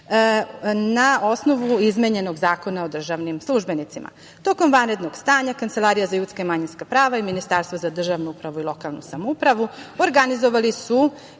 Na osnovu izmenjenog Zakona o državnim službenicima, tokom vanrednog stanja, Kancelarija za ljudska i manjinska prava, i Ministarstvo za državnu upravu i lokalnu samoupravu, organizovali su